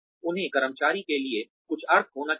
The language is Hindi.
उन्हें कर्मचारी के लिए कुछ अर्थ होना चाहिए